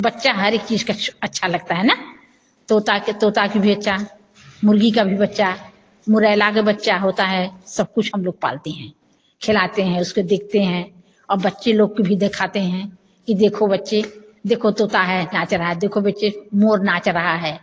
बच्चा हर एक चीज़ का अच्छा लगता है ना तोता के तोता के बच्चा मुर्गी का भी बच्चा मुरैला का बच्चा होता है सब कुछ हम लोग पालते हैं खिलाते हैं उसको देखते हैं और बच्चे लोग को भी दिखाते हैं कि देखो बच्चे देखो तोता है नाच रहा है देखो बच्चे मोर नाच रहा है